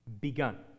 begun